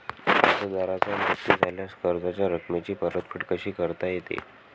कर्जदाराचा मृत्यू झाल्यास कर्जाच्या रकमेची परतफेड कशी करता येते?